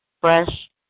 fresh